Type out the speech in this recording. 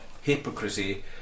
hypocrisy